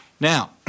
Now